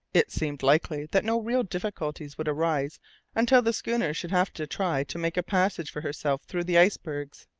it seemed likely that no real difficulties would arise until the schooner should have to try to make a passage for herself through the icebergs.